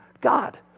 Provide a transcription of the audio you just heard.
God